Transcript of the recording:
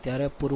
05 0